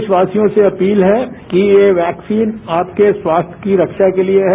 देशवासियों से अपील है कि यह वैक्सीन आपके स्वास्थ्य की रक्षा के लिये है